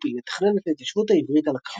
רופין לתכנן את ההתיישבות העברית על הכרמל,